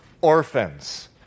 orphans